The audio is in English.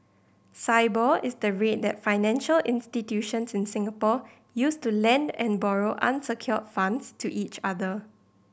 Sibor is the rate that financial institutions in Singapore use to lend and borrow unsecured funds to each other